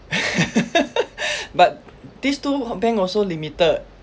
but these two bank also limited